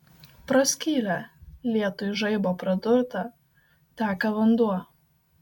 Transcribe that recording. pro skylę lietuj žaibo pradurtą teka vanduo